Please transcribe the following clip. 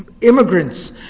immigrants